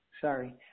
Sorry